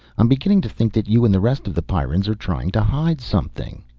i'm beginning to think that you and the rest of the pyrrans are trying to hide something.